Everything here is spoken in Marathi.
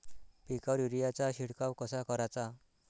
पिकावर युरीया चा शिडकाव कसा कराचा?